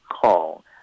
call